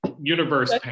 universe